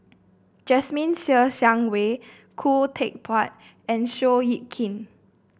Jasmine Ser Xiang Wei Khoo Teck Puat and Seow Yit Kin